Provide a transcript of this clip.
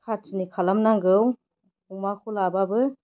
खाथिनि खालाम नांगौ अमाखौ लाबाबो